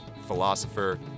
philosopher